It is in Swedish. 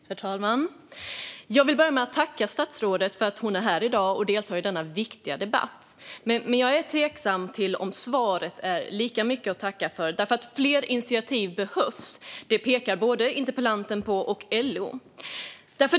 Herr talman! Jag vill börja med att tacka statsrådet för att hon är här i dag och deltar i denna viktiga debatt. Men jag är tveksam till att svaret är lika mycket att tacka för. Fler initiativ behövs; det pekar både interpellanten och LO på.